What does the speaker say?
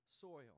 Soil